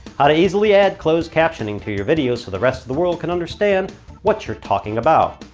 how to easily add closed captioning to your videos so the rest of the world can understand what you're talking about.